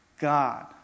God